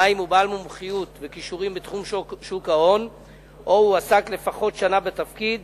2. הוא בעל מומחיות וכישורים בתחום שוק ההון או הועסק לפחות שנה בתפקיד